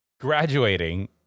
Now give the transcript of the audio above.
graduating